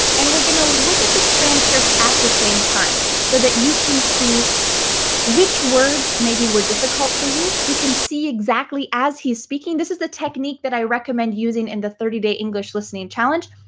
and we're gonna look at the transcript at the same time. so that you can see which words maybe were difficult for you. you can see exactly as he's speaking. this is the technique i recommend using in the thirty days english listening challenge.